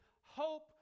hope